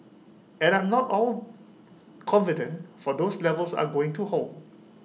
and I'm not all confident for those levels are going to hold